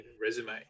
resume